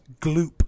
gloop